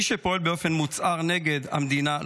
מי שפועל באופן מוצהר נגד המדינה,